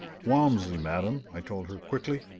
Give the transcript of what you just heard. walmsley, madam, i told her quickly,